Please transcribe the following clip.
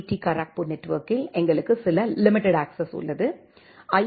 D Kharagpur நெட்வொர்க்கில் எங்களுக்கு சில லிமிடெட் அக்சஸ் உள்ளது ஐ